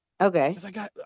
Okay